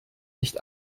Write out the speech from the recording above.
nicht